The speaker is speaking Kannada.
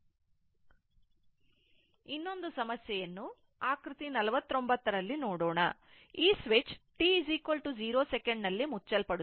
ಇನ್ನೊಂದು ಸಮಸ್ಯೆಯನ್ನು ಆಕೃತಿ 49 ರಲ್ಲಿ ನೋಡೋಣ ಈ ಸ್ವಿಚ್ t 0 second ನಲ್ಲಿ ಮುಚ್ಚಲ್ಪಡುತ್ತದೆ